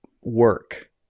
work